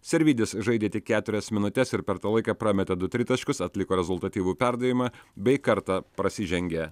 servydis žaidė tik keturias minutes ir per tą laiką prametė du tritaškius atliko rezultatyvų perdavimą bei kartą prasižengė